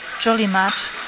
jolly-mat